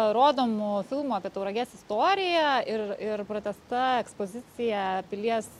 rodomų filmų apie tauragės istoriją ir ir pratęsta ekspozicija pilies